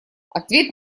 ответ